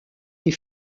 les